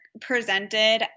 presented